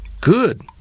Good